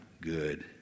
good